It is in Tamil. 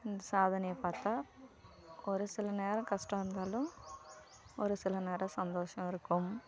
சாதனையை பார்த்தா ஒரு சில நேரம் கஷ்டம் இருந்தாலும் ஒரு சில நேரம் சந்தோஷம் இருக்கும்